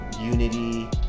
unity